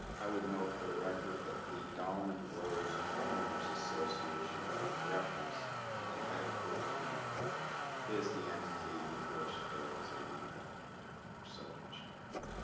i would note for the record that the dahlman rows homeowners association, inc. referenced in and item fourteen is the entity with which there is a redevelopment agreement or subdivision agreement.